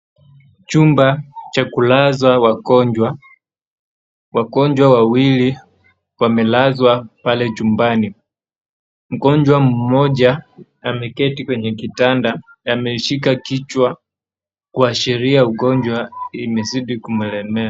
Chumba Cha kulazwa wagonjwa wagonjwa wawili wamelazwa pale chumbani mgonjwa mmoja ameketi kwenye kitanda ameshika kichwa Kuashiria ugonjwa imezidi kumlemea